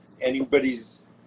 anybody's